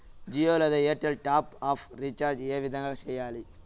జియో లేదా Airtel top up recharge ఏ విధంగా సేయాలి